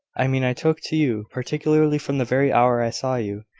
i mean i took to you particularly from the very hour i saw you.